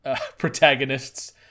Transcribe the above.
protagonists